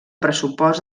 pressupost